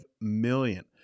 million